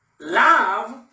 love